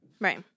Right